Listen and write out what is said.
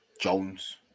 Jones